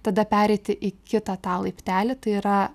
tada pereiti į kitą tą laiptelį tai yra